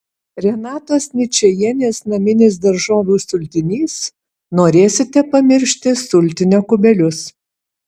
renatos ničajienės naminis daržovių sultinys norėsite pamiršti sultinio kubelius